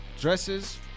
Dresses